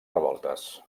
revoltes